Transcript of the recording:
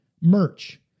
merch